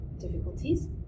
difficulties